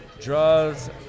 draws